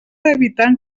evitant